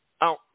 out